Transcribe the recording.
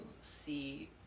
see